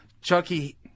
Chucky